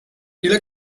ile